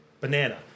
banana